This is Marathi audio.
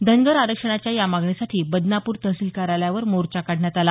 धनगर आरक्षणाच्या या मागणीसाठी बदनापूर तहसील कार्यालयावर मोर्चा काढण्यात आला